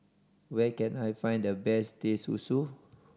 where can I find the best Teh Susu